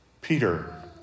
Peter